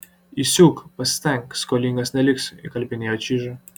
įsiūk pasistenk skolingas neliksiu įkalbinėjo čyžą